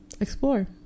explore